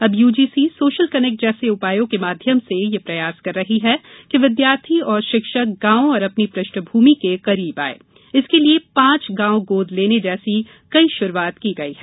अब UGC social connect जैसे उपायों के माध्यम से यह प्रयास कर रही है कि विद्यार्थी और शिक्षक गांव और अपनी पृष्ठभूमि के करीब आए इसके लिये पांच गांव गोद लेने जैसी कई शुरूआत की गई है